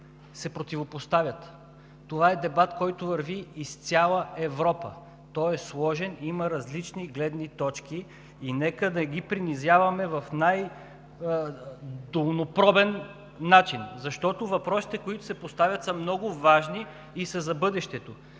се противопоставят. Това е дебат, който върви из цяла Европа. Той е сложен, има различни гледни точки и нека да не ги принизяваме по най-долнопробен начин, защото въпросите, които се поставят, са много важни и са за бъдещето!